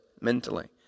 mentally